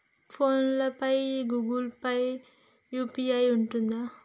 Phone pay లా Google Pay లా UPI ఉంటదా?